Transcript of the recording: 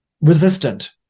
resistant